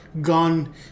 gone